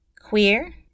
queer